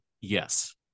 Yes